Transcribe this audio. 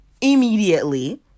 immediately